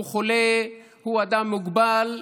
הוא חולה, הוא אדם מוגבל.